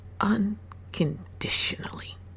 unconditionally